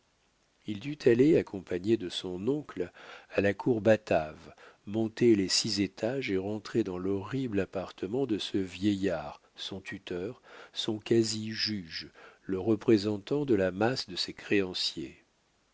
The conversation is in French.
il dut aller accompagné de son oncle à la cour batave monter les six étages et rentrer dans l'horrible appartement de ce vieillard son tuteur son quasi juge le représentant de la masse de ses créanciers